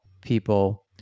people